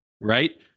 Right